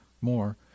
More